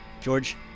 George